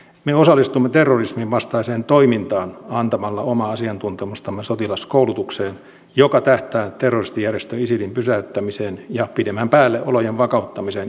me osallistumme terrorismin vastaiseen toimintaan antamalla omaa asiantuntemustamme sotilaskoulutukseen joka tähtää terroristijärjestö isilin pysäyttämiseen ja pidemmän päälle olojen vakauttamiseen irakissa